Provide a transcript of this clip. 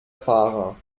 fahrer